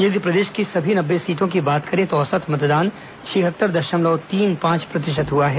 यदि प्रदेश की सभी नब्बे सीटों की बात करें तो औसत मतदान छिहत्तर दशमलव तीन पांच प्रतिशत हुआ है